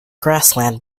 grassland